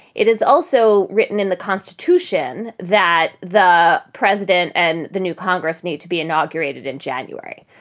it is also written in the constitution that the president and the new congress need to be inaugurated in january.